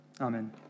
Amen